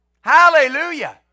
Hallelujah